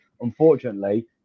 Unfortunately